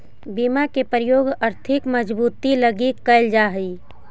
बीमा के प्रयोग आर्थिक मजबूती लगी कैल जा हई